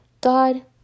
God